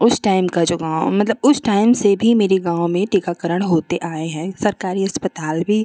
उस टाइम का जो गाँव मतलब उस टाइम से भी मेरे गाँव में टीकाकरण होते आए हैं सरकारी अस्पताल भी